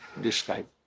describe